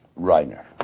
Reiner